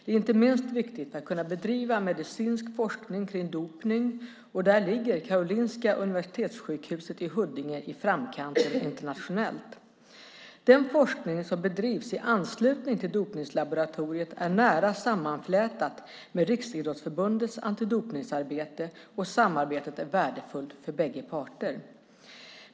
Det är inte minst viktigt för att kunna bedriva medicinsk forskning om dopning, och där ligger Karolinska Universitetssjukhuset i Huddinge i framkanten internationellt. Den forskning som bedrivs i anslutning till dopningslaboratoriet är nära sammanflätat med Riksidrottsförbundets antidopningsarbete och samarbetet är värdefullt för bägge parter.